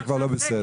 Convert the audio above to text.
זה כבר לא בסדר.